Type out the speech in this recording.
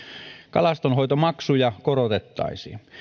kalastonhoitomaksuja korotettaisiin